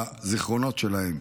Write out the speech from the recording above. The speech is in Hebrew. בזיכרונות שלהם.